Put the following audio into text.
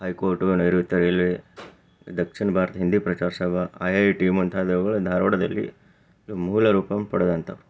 high court ನೈಋತ್ಯ railway Dakshin Bharat Hindi Prachar Sabha I I T ಮುಂತಾದವುಗಳು ಧಾರವಾಡದಲ್ಲಿ ಇವು ಮೂಲ ರೂಪವನ್ನು ಪಡೆದಂಥವು